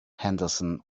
henderson